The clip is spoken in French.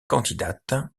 candidates